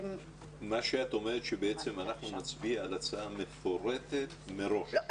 מה שאת אומרת, שאנחנו נצביע על הצעה מפורטת מראש.